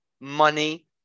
Money